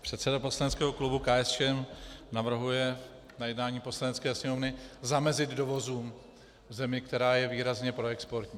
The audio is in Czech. Předseda poslaneckého klubu KSČM navrhuje na jednání Poslanecké sněmovny zamezit dovozům zemi, která je výrazně proexportní .